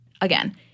again